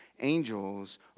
angels